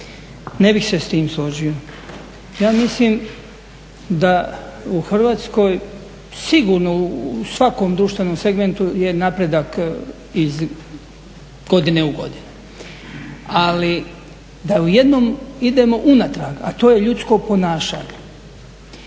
Ne bih se sa time složio. Ja mislim da u Hrvatskoj sigurno u svakom društvenom segmentu je napredak iz godine u godinu. Ali da u jednom idemo unatrag a to je ljudsko ponašanje.